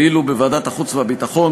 ואילו בוועדת החוץ והביטחון,